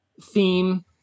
theme